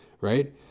right